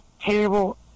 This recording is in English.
terrible